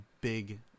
big